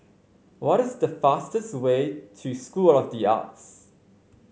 what is the fastest way to School of the Arts